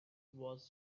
was